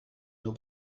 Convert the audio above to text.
nur